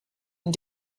and